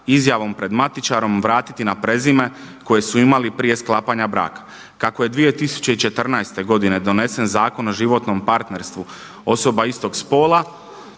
izjavom pred matičarom vratiti na prezime koje su imali prije sklapanja braka. Kako je 2014. godine donesen Zakon o životnom partnerstvu osoba istog spola